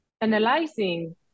analyzing